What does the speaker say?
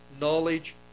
knowledge